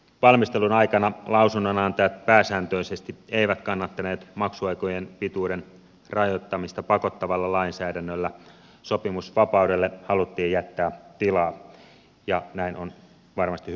valmistelun aikana lausunnonantajat pääsääntöisesti eivät kannattaneet maksuaikojen pituuden rajoittamista pakottavalla lainsäädännöllä sopimusvapaudelle haluttiin jättää tilaa ja näin on varmasti hyvä toimia